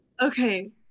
okay